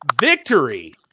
victory